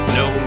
no